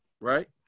right